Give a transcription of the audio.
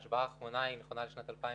השוואה האחרונה נכונה לשנת 2017,